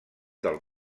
del